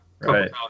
right